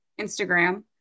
Instagram